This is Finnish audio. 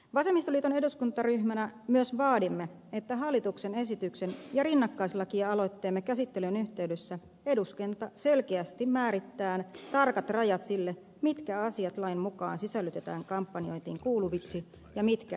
vasemmistoliiton eduskuntaryhmänä myös vaadimme että hallituksen esityksen ja rinnakkaislakialoitteemme käsittelyn yhteydessä eduskunta selkeästi määrittää tarkat rajat sille mitkä asiat lain mukaan sisällytetään kampanjointiin kuuluviksi ja mitkä ei